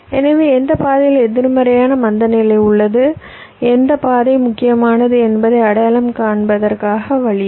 எனவே எந்த பாதையில் எதிர்மறையான மந்தநிலை உள்ளது எந்த பாதை முக்கியமானது என்பதை அடையாளம் காண்பதற்கான வழி இது